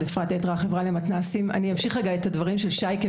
החברה למתנ"סים, אני אמשיך את הדברים של שייקה.